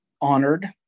honored